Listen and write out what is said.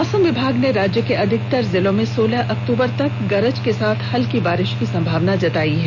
मौसम विभाग ने राज्य के अधिकतर जिलों में सोलह अक्टूबर तक गरज के साथ हल्की बारिश की संभावना जतायी है